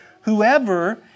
whoever